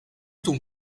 ton